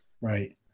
Right